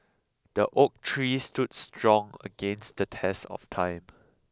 the oak tree stood strong against the test of time